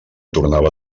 tornava